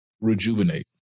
rejuvenate